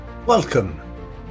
Welcome